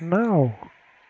نَو